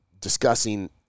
discussing